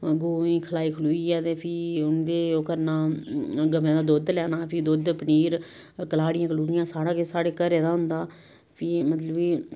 गंवे गी खलाई खलोइयै ते फ्ही उं'दे ओह् करना गवें दा दुद्ध लैना फ्ही दुद्ध पनीर कलाड़ियां कलूड़ियां सारा किश साढ़े घरै दा होंदा फ्ही मतलब कि